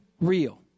real